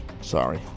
Sorry